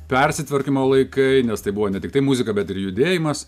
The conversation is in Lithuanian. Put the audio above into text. persitvarkymo laikai nes tai buvo ne tiktai muzika bet ir judėjimas